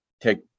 take